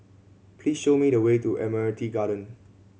please show me the way to Admiralty Garden